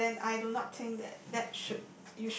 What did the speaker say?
yes then I do no think that that should